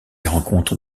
rencontre